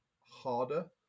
harder